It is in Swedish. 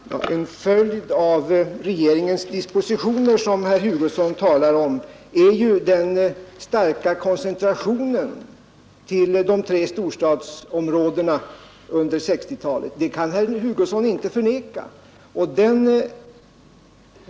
Herr talman! En följd av de regeringsdispositioner som herr Hugosson talar om är ju ändå den starka koncentrationen till de tre storstadsområdena under 1960-talet. Det kan väl inte herr Hugosson förneka?